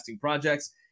projects